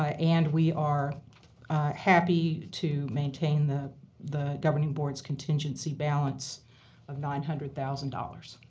ah and we are happy to maintain the the governing boards contingency balance of nine hundred thousand dollars.